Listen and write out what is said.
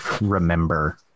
remember